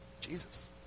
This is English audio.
Jesus